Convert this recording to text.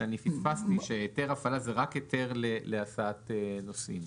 שהיתר הפעלה הוא היתר רק להסעת נוסעים.